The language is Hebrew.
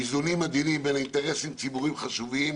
איזונים עדינים בין אינטרסים ציבוריים חשובים